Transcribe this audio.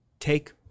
take